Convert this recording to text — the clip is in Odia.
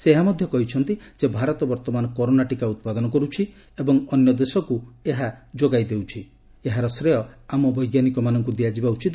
ସେ ଏହା ମଧ୍ୟ କହିଛନ୍ତି ଯେ ଭାରତ ବର୍ତ୍ତମାନ କରୋନା ଟିକା ଉତ୍ପାଦନ କରୁଛି ଏବଂ ଅନ୍ୟ ଦେଶକୁ ମଧ୍ୟ ଦେଉଛି ଏବଂ ଏ ସବୁର ଶ୍ରେୟ ଆମ ବୈଜ୍ଞାନିକମାନଙ୍କୁ ଦିଆଯିବା ଉଚିତ